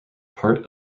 part